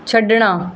ਛੱਡਣਾ